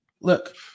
Look